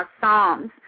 Psalms